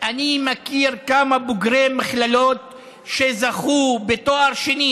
אני מכיר כמה בוגרי מכללות שזכו בתואר שני,